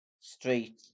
street